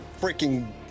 freaking